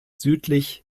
südlich